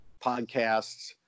podcasts